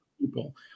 people